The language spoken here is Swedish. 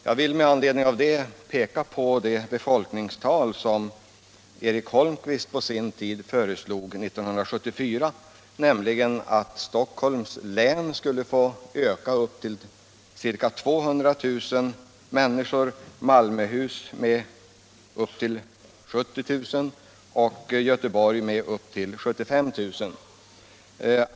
Jag vill med anledning därav peka på de befolkningstal som han föreslog 1974 nämligen att Stockholms län skulle få öka med ca 200 000 människor, Malmöhus län med upp till 70 000 och Göteborgs och Bohus län med upp till 75 000.